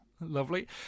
Lovely